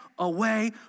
Away